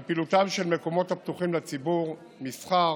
על פעילותם של המקומות הפתוחים לציבור, מסחר,